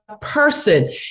person